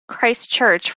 christchurch